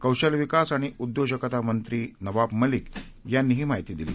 कौशल्यविकासआणिउद्योजकतामंत्रीनवाबमलिकयांनीहीमाहितीदिली